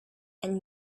and